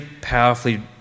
powerfully